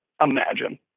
imagine